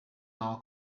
our